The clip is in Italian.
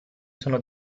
sono